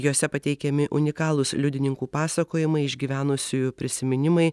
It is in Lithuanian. juose pateikiami unikalūs liudininkų pasakojimai išgyvenusiųjų prisiminimai